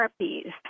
therapies